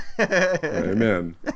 amen